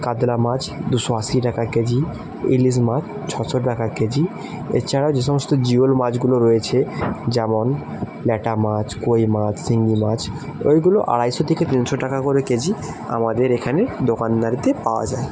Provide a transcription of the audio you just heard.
কাতলা মাছ দুশো আশি টাকা কেজি ইলিশ মাছ ছশো টাকা কেজি এছাড়া যে সমস্ত জিওল মাছগুলো রয়েছে যেমন ল্যাটা মাছ কই মাছ শিঙ্গি মাছ ওইগুলো আড়াইশো থেকে তিনশো টাকা করে কেজি আমাদের এখানে দোকানদারকে পাওয়া যায়